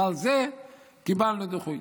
ועל זה קיבלנו דיחוי.